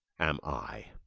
am i.